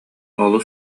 олус